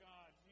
God